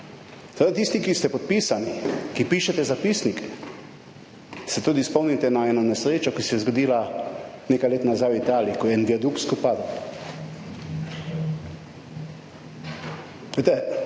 Toda tisti, ki ste podpisani, ki pišete zapisnike, se tudi spomnite na eno nesrečo, ki se je zgodila nekaj let nazaj v Italiji, ko je en viadukt padel.